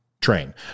train